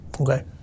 Okay